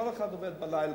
כל אחד עובד בלילה,